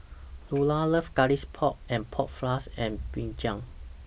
Lulah loves Garlic Pork and Pork Floss and Brinjal